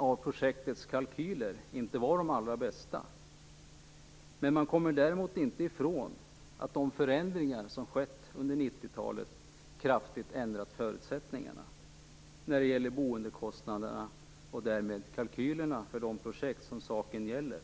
av projektens kalkyler inte var den allra bästa, men man kommer inte ifrån att de förändringar som skett under 90-talet kraftigt ändrat förutsättningarna för boendekostnaderna och därmed kalkylerna för de projekt som det gäller.